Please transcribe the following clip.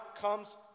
comes